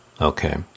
Okay